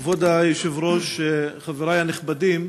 כבוד היושב-ראש, חברי הנכבדים,